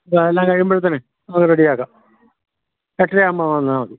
എല്ലാം കഴിയുമ്പം തന്നെ ഒന്ന് റെഡി ആക്കാം എട്ടര ആകുമ്പോൾ വന്നാൽ മതി